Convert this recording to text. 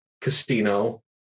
casino